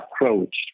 approach